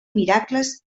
miracles